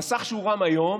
המסך שהורם היום